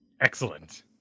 Excellent